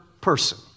person